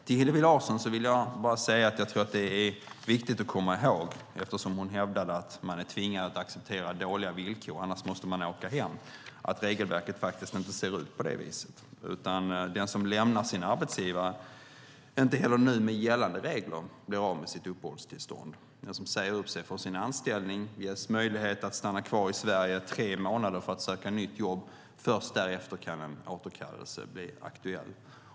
Till Hillevi Larsson vill jag bara säga att det är viktigt att komma ihåg, eftersom hon hävdade att man är tvingad att acceptera dåliga villkor och att man annars måste åka hem, att regelverket faktiskt inte ser ut på det viset. Den som lämnar sin arbetsgivare blir inte heller med gällande regler av med sitt uppehållstillstånd. Den som säger upp sig från sin anställning ges möjlighet att stanna kvar i Sverige tre månader för att söka nytt jobb. Först därefter kan en återkallelse bli aktuell.